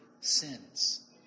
sins